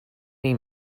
you